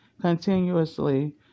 continuously